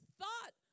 thought